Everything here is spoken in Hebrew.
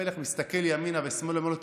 המלך מסתכל ימינה ושמאלה ואומר לו: